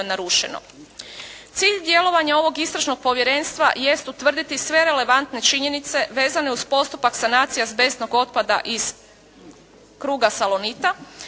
Cilj djelovanja ovog istražnog povjerenstva jest utvrditi sve relevantne činjenice vezane uz postupak sanacije azbestnog otpada iz kruga "Salonita"